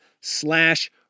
slash